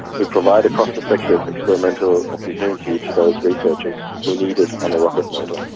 we provide a cost-effective, experimental opportunity to those researchers who need it on a rocket motor.